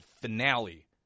finale